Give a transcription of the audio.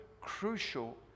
crucial